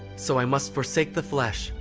so i must forsake the flesh,